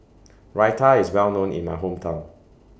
Raita IS Well known in My Hometown